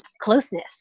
closeness